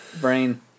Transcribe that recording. Brain